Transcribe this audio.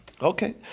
Okay